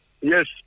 Yes